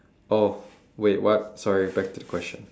oh wait what sorry back to the question